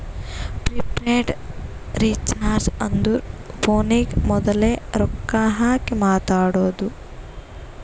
prepaid recharge ಅಂದುರ್ ಫೋನಿಗ ಮೋದುಲೆ ರೊಕ್ಕಾ ಹಾಕಿ ಮಾತಾಡೋದು